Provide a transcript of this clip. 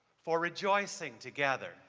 for rejoicing together.